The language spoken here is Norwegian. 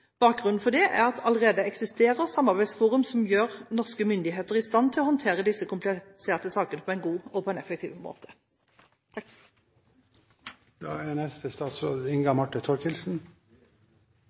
Bakgrunnen for det er at det allerede eksisterer samarbeidsforum som gjør norske myndigheter i stand til å håndtere disse kompliserte sakene på en god og effektiv måte. La meg slå det fast med en